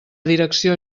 direcció